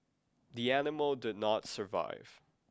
the animal did not survive